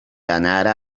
anara